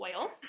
oils